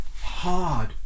hard